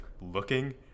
looking